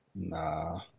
Nah